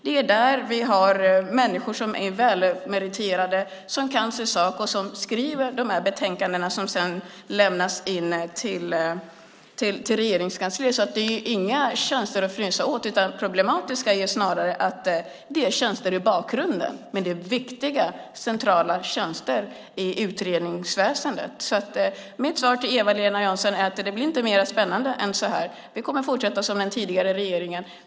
Det är där vi har människor som är välmeriterade, som kan sin sak och som skriver de betänkanden som sedan lämnas in till Regeringskansliet. Det är inga tjänster att fnysa åt. Det problematiska är snarare att detta är tjänster i bakgrunden, men det är viktiga, centrala tjänster i utredningsväsendet. Mitt svar till Eva-Lena Jansson är att det inte blir mer spännande än så här. Vi kommer att fortsätta som den tidigare regeringen.